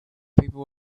people